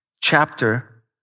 chapter